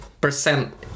percent